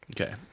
Okay